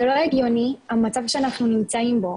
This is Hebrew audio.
זה לא הגיוני המצב שאנחנו נמצאים בו,